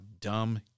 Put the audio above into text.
dumb